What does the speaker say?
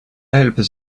help